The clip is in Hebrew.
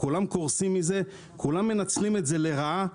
כולם קורסים מזה, כולם מנצלים את זה לרעה.